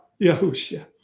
Yahushua